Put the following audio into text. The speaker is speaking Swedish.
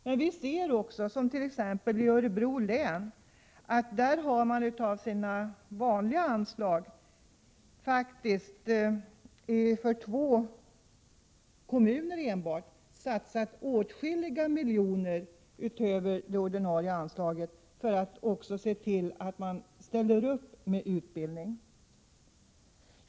Men vi ser också, som t.ex. i Örebro län, att man av sitt vanliga anslag för två kommuner enbart satsat åtskilliga miljoner utöver det ordinarie anslaget för att också se till att man ställer upp med utbildning.